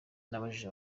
nabajije